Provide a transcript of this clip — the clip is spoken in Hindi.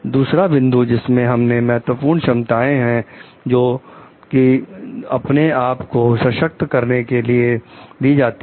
दूसरा बिंदु जिसमें दूसरे महत्वपूर्ण क्षमताएं हैं जो कि दूसरों को अपने आप को सशक्त करने के लिए दी जाती हैं